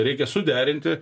reikia suderinti